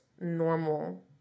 normal